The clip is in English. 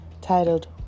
titled